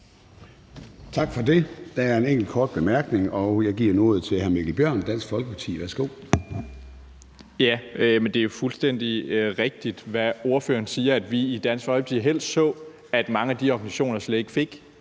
Tak for det. Der er en enkelt kort bemærkning, og jeg giver nu ordet til hr. Mikkel Bjørn, Dansk Folkeparti. Værsgo. Kl. 13:01 Mikkel Bjørn (DF): Det er fuldstændig rigtigt, hvad ordføreren siger, altså at vi i Dansk Folkeparti helst så, at mange af de organisationer slet ikke fik